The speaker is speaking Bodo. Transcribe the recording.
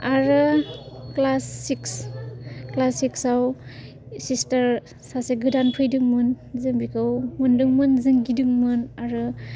आरो क्लास सिक्स क्लास सिक्सआव सिस्टार सासे गोदान फैदोंमोन जों बेखौ मोनदोंमोन जों गिदोंमोन आरो